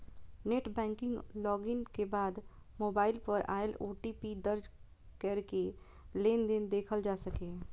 net banking log in के बाद mobile पर आयल ओ.टी.पी दर्ज कैरके लेनदेन देखल जा सकैए